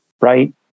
Right